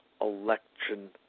election